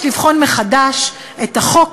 יש לבחון מחדש את החוק,